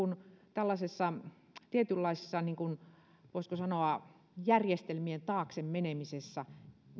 tällaisessa tietynlaisessa voisiko sanoa järjestelmien taakse menemisessä